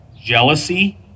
jealousy